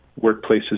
workplaces